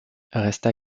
resta